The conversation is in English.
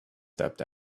stepped